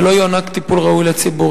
ולא יוענק טיפול ראוי לציבור.